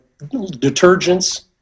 detergents